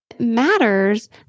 matters